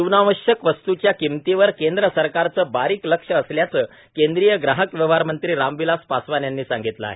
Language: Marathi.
जीवनावश्यक वस्तूंच्या किंमतीवर केंद्र सरकारचं बारीक लक्ष असल्याचं केंद्रीय ग्राहक व्यवहार मंत्री रामविलास पासवान यांनी सांगितलं आहे